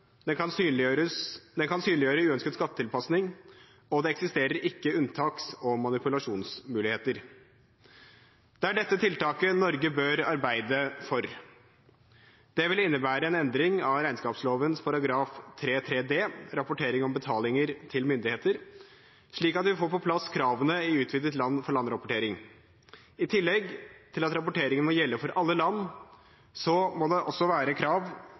den kan synliggjøre uønsket skattetilpasning, og det eksisterer ikke unntaks- og manipulasjonsmuligheter. Det er dette tiltaket Norge bør arbeide for. Det vil innebære en endring av regnskapsloven § 3-3d, Rapportering om betalinger til myndigheter m.v., slik at vi får på plass kravene i utvidet land-for-land-rapportering. I tillegg til at rapporteringen må gjelde for alle land, må det også være krav